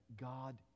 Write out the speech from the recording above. God